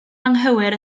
anghywir